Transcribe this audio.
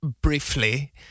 briefly